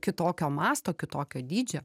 kitokio masto kitokio dydžio